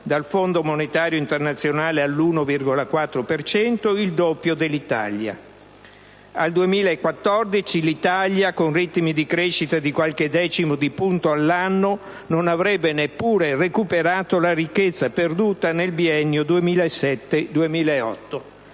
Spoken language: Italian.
dal Fondo monetario internazionale all'1,4 per cento, il doppio dell'Italia. Al 2014, l'Italia, con ritmi di crescita di qualche decimo di punto all'anno, non avrebbe neppure recuperato la ricchezza perduta nel biennio 2007-2008.